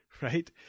Right